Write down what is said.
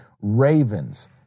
Ravens